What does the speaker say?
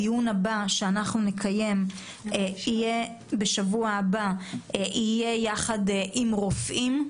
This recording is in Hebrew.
הדיון הבא שנקיים יהיה בשבוע הבא, יחד עם רופאים,